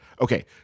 Okay